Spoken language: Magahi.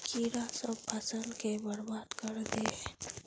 कीड़ा सब फ़सल के बर्बाद कर दे है?